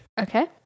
Okay